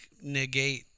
negate